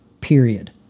period